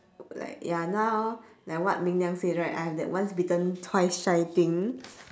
like ya now like what ming liang say right I have that once bitten twice shy thing